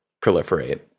proliferate